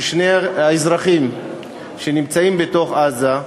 ששני האזרחים שנמצאים בתוך עזה,